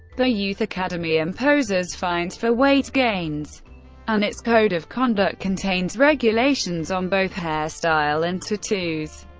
the youth academy imposes fines for weight gains and its code of conduct contains regulations on both hair style and tattoos.